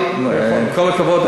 עם כל הכבוד,